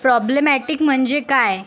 problematic म्हणजे काय